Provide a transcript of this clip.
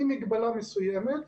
עם מגבלה מסוימת.